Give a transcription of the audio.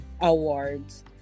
awards